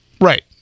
Right